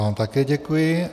Já vám také děkuji.